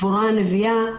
דבורה הנביאה,